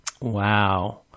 Wow